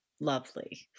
lovely